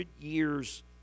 years